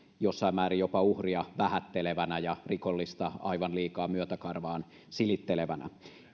jossain määrin jopa uhria vähättelevänä ja rikollista aivan liikaa myötäkarvaan silittelevänä